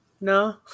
No